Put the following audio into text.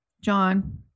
John